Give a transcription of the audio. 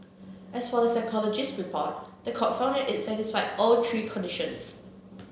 as for the psychologist's report the court found that it satisfied all three conditions